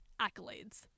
Accolades